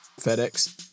FedEx